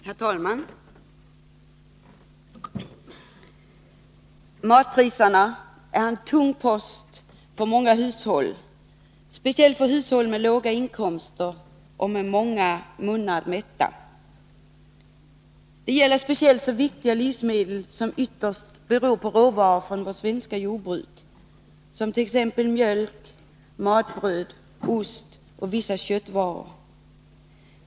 Herr talman! Matpriserna är en tung post för många hushåll, speciellt för hushåll med låga inkomster och många munnar att mätta. Det gäller speciellt de viktiga livsmedel som bygger på råvaror från vårt svenska jordbruk, som t.ex. mjölk, matbröd, ost och vissa köttvaror.